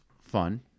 fun